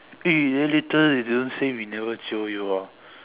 eh then later don't say we never jio you orh